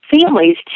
families